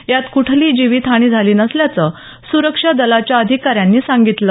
यात कुठलीही जीवित हानी झाली नसल्याचं सुरक्षा दलाच्या अधिकाऱ्यांनी सांगितलं